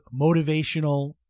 motivational